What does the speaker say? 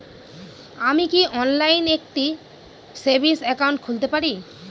আমি কি অনলাইন একটি সেভিংস একাউন্ট খুলতে পারি?